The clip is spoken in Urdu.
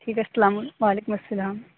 ٹھیک ہے السّلام وعلیکم السّلام